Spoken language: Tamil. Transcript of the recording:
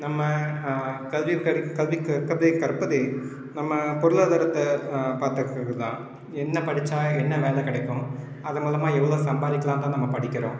நம்ம கல்வி கற் கல்வி கற்கறதே கற்பதே நம்ம பொருளாதாரத்தை பார்த்துக்கறதுக்கு தான் என்ன படிச்சால் என்ன வேலை கிடைக்கும் அது மூலமாக எவ்வளோ சம்பாதிக்கலான்னு தான் நம்ம படிக்கிறோம்